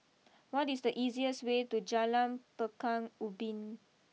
what is the easiest way to Jalan Pekan Ubin